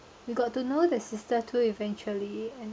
we got to know the sister too eventually and